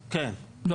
לא.